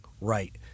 Right